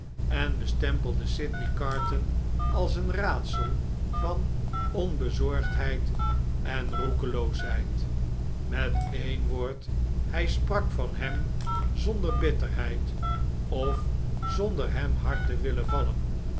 en bestempelde sydney carton als een raadsel van onbezorgdheid en roekeloosheid met e'en woord hij sprak van hem zonder bitterheid of zonder hem hard te willen vallen